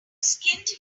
skinned